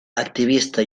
activista